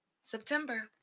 September